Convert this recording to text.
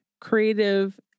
creative